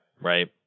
Right